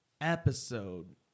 episode